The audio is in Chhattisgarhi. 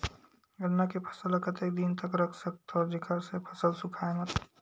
गन्ना के फसल ल कतेक दिन तक रख सकथव जेखर से फसल सूखाय मत?